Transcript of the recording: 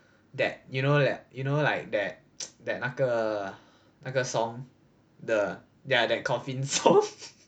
that you know that you know like that that 那个那个 song the ya that coffin song